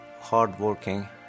hardworking